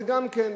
זה גם כן,